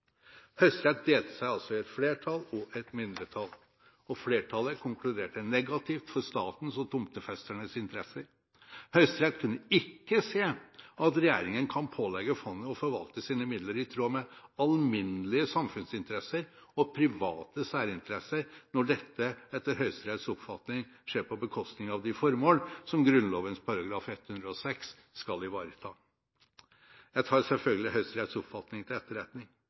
delte seg altså i et flertall og et mindretall, og flertallet konkluderte negativt for statens og tomtefesternes interesser. Høyesterett kunne ikke se at regjeringen kan pålegge fondet å forvalte sine midler i tråd med alminnelige samfunnsinteresser og private særinteresser når dette, etter Høyesteretts oppfatning, skjer på bekostning av de formål som Grunnloven § 106 skal ivareta. Jeg tar selvfølgelig Høyesteretts oppfatning til etterretning.